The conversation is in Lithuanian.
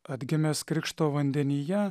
atgimęs krikšto vandenyje